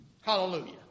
Hallelujah